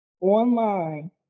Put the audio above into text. online